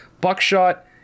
Buckshot